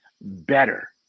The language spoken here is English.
better